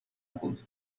بود